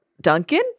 Duncan